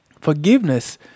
Forgiveness